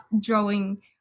drawing